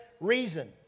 reason